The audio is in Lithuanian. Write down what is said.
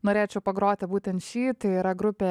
norėčiau pagroti būtent šį tai yra grupė